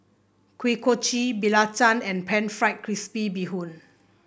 Kuih Kochi belacan and pan fried crispy Bee Hoon